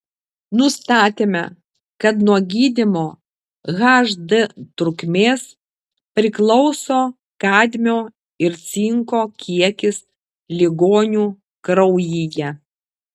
nustatėme kad nuo gydymo hd trukmės priklauso kadmio ir cinko kiekis ligonių kraujyje